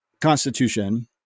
constitution